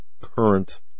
current